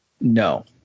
no